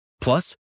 Plus